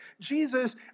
Jesus